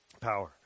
power